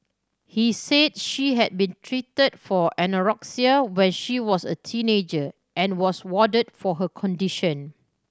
he said she had been treated for anorexia when she was a teenager and was warded for her condition